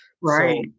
Right